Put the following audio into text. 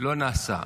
לא נעשה.